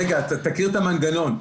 רגע, תכיר את המנגנון.